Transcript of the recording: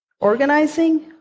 organizing